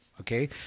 Okay